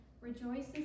rejoices